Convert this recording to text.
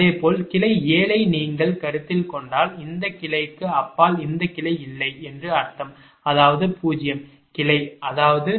அதேபோல் கிளை 7 ஐ நீங்கள் கருத்தில் கொண்டால் இந்த கிளைக்கு அப்பால் இந்த கிளை இல்லை என்று அர்த்தம் அதாவது 0 கிளை அதாவது B 0